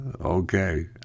Okay